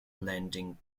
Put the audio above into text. landing